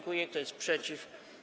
Kto jest przeciw?